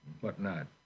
whatnot